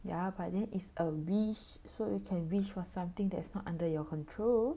ya but then is a wish so you can wish for something that is not under your control